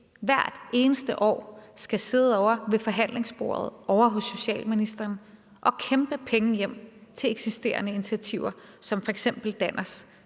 hvert eneste år skal sidde ovre ved forhandlingsbordet ovre hos socialministeren og kæmpe penge hjem til eksisterende initiativer som f.eks. Danners